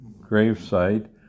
gravesite